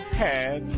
head